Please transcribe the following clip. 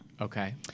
Okay